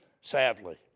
sadly